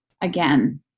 again